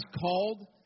called